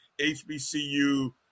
HBCU